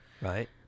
right